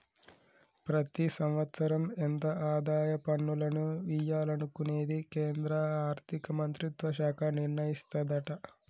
ప్రతి సంవత్సరం ఎంత ఆదాయ పన్నులను వియ్యాలనుకునేది కేంద్రా ఆర్థిక మంత్రిత్వ శాఖ నిర్ణయిస్తదట